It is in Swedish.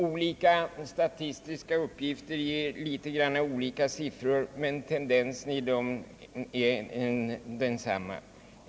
Olika statistiska uppgifter ger något olika siffror, men tendensen i dem är densamma.